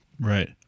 Right